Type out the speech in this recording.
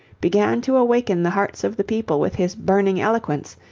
began to awaken the hearts of the people with his burning eloquence,